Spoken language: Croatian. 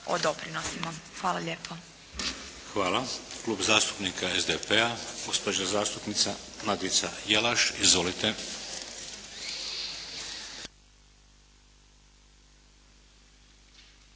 Vladimir (HDZ)** Hvala. Klub zastupnika SDP-a, gospođa zastupnica Nadica Jelaš. Izvolite.